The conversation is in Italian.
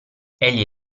egli